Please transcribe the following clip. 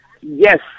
yes